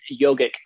yogic